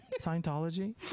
scientology